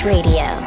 Radio